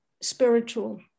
spiritual